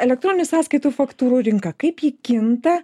elektroninių sąskaitų faktūrų rinka kaip ji kinta